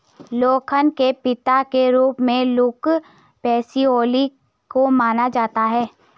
लेखांकन के पिता के रूप में लुका पैसिओली को माना जाता है